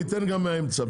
אני אתן גם מהאמצע.